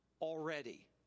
already